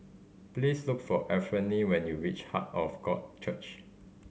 please look for Anfernee when you reach Heart of God Church